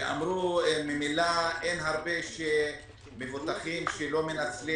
ואמרו שממילא אין הרבה מבוטחים שלא מנצלים